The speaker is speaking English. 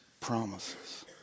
promises